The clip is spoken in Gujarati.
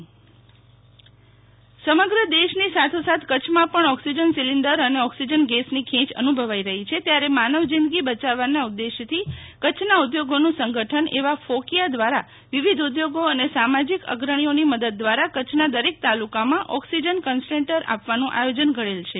શિતલ વૈશ્નવ ફોકિયા ઓકિસજન કન્સન્ટેસ્ટ સમગ્ર દેશની સાથોસાથ કચ્છમાં પણ ઓક્સિજન સિલિન્ડર અને ઓક્સિજન ગેસ ની ખેંચ અનુભવાઈ રફી છે ત્યારે માનવ જિંદગી બચાવવા ના ઉદેશથી કચ્છના ઉદ્યોગો નું સંગઠન એવા ફોકીઆ દ્વારા વિવિધ ઉદ્યોગો અને સામાજિક અગ્રણીઓ ની મદદ દ્વારા કચ્છના દરેક તાલુકામાં ઓક્સિજન કનસન્ટ્રેટર આપવાનું આયોજન ઘડેલ છે